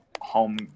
home